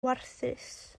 warthus